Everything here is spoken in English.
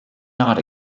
not